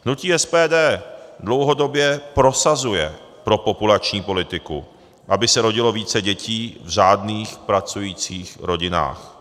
Hnutí SPD dlouhodobě prosazuje propopulační politiku, aby se rodilo více dětí v řádných pracujících rodinách.